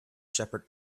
shepherd